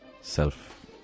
self